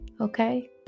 okay